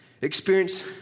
Experience